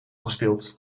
gespeeld